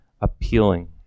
appealing